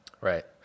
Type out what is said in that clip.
Right